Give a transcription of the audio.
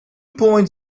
point